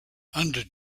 under